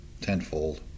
tenfold